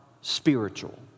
spiritual